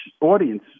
audience